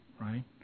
right